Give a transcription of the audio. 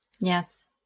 Yes